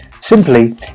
Simply